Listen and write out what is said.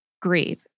grieve